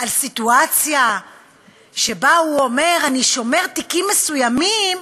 על סיטואציה שבה הוא אומר: אני שומר תיקים מסוימים,